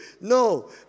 No